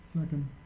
Second